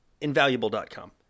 invaluable.com